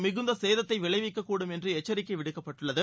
மிகுந்த சேதத்தை விளைவிக்கக்கூடும் என்று எச்சரிக்கை விடுக்கப்பட்டுள்ளது